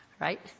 right